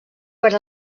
per